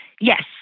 Yes